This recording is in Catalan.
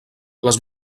les